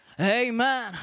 Amen